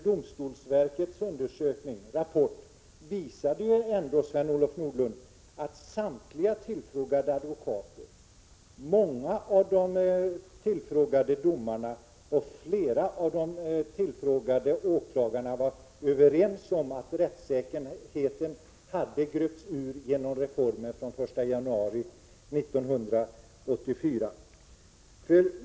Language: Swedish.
Domstolsverkets rapport visade trots allt, Sven-Olof Nordlund, att samtliga tillfrågade advokater, många av de tillfrågade domarna och flera av de tillfrågade åklagarna var överens om att rättssäkerheten hade gröpts ur genom reformen den 1 januari 1984.